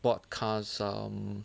broadcast um